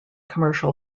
commercial